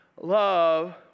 love